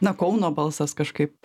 na kauno balsas kažkaip